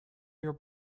your